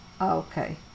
Okay